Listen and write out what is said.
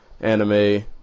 anime